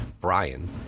brian